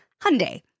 Hyundai